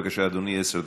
בבקשה, אדוני, עשר דקות.